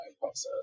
process